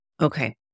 Okay